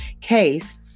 case